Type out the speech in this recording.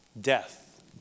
death